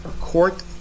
court